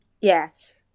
yes